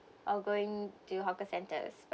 or going to hawker centres